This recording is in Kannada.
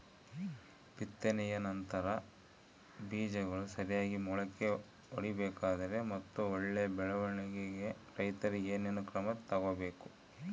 ಬಿತ್ತನೆಯ ನಂತರ ಬೇಜಗಳು ಸರಿಯಾಗಿ ಮೊಳಕೆ ಒಡಿಬೇಕಾದರೆ ಮತ್ತು ಒಳ್ಳೆಯ ಬೆಳವಣಿಗೆಗೆ ರೈತರು ಏನೇನು ಕ್ರಮ ತಗೋಬೇಕು?